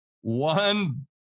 One